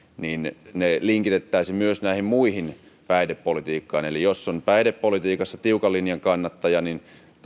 niin se linkitettäisiin myös tähän muuhun päihdepolitiikkaan eli jos on päihdepolitiikassa tiukan linjan kannattaja niin